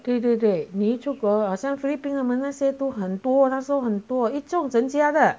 对对对你一出国好像菲律宾他们那些都很多他说很多一种整家的